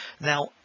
Now